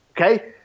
Okay